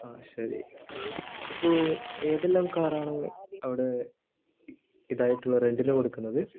ആ ശരി ഇപ്പോൾ ഏതെല്ലാം കാർ ആണ് ഇപ്പോൾ അവിടെ ഇതായിട്ടുള്ളത് റെൻറ്റിന് കൊടുക്കുന്നത്